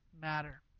matter